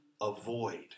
avoid